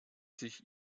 sich